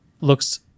looks